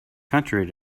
contrary